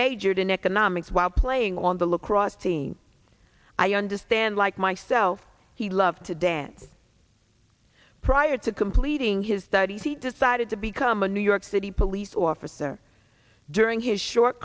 majored in economics while playing on the lacrosse team i understand like myself he loved to dance prior to completing his studies he decided to become a new york city police officer during his short